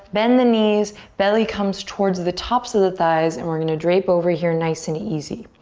bend the knees. belly comes towards the tops of the thighs and we're gonna drape over here nice and easy.